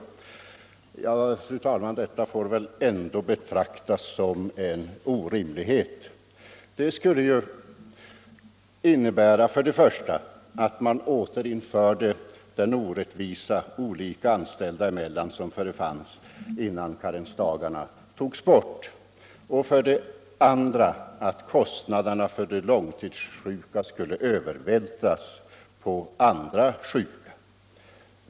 Detta får väl ändå betraktas som en orimlighet. Det skulle ju innebära för det första att man återinförde den orättvisa olika anställda emellan som förefanns innan karensdagarna togs bort och för det andra att kostnaderna för vården av de långtidssjuka skulle övervältras på andra sjuka.